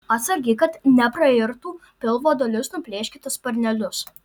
atsargiai kad neprairtų pilvo dalis nuplėškite sparnelius